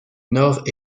nord